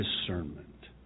discernment